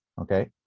okay